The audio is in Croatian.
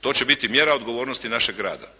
To će biti mjera odgovornosti našeg rada.